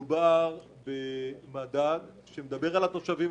מדובר במדד שמדבר על התושבים,